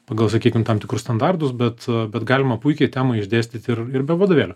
pagal sakykim tam tikrus standartus bet a bet galima puikiai temą išdėstyti ir ir be vadovėlio